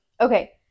Okay